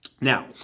Now